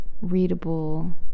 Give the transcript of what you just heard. readable